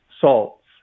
salts